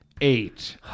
eight